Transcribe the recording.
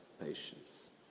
patience